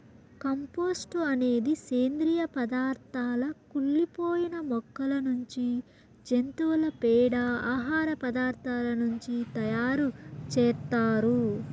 compost అనేది సేంద్రీయ పదార్థాల కుళ్ళి పోయిన మొక్కల నుంచి, జంతువుల పేడ, ఆహార పదార్థాల నుంచి తయారు చేత్తారు